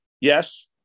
Yes